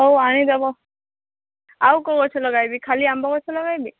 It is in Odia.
ହଉ ଆଣିଦେବ ଆଉ କୋଉ ଗଛ ଲଗାଇବି ଖାଲି ଆମ୍ବ ଗଛ ଲଗାଇବି